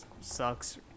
sucks